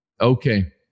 Okay